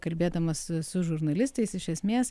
kalbėdamas su žurnalistais iš esmės